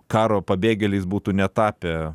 karo pabėgėliais būtų netapę